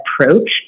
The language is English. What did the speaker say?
approach